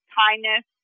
kindness